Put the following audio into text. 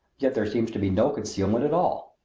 yet there seems to be no concealment at all!